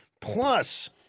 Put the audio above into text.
Plus